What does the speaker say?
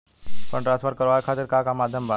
Fund transfer करवाये खातीर का का माध्यम बा?